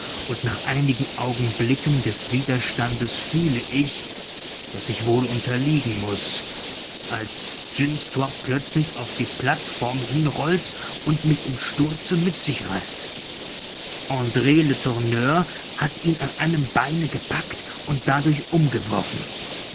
und nach einigen augenblicken des widerstandes fühle ich daß ich wohl unterliegen muß als jynxtrop plötzlich auf die plateform hinrollt und mich im sturze mit sich reißt andr letourneur hat ihn an einem beine gepackt und dadurch umgeworfen